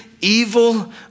evil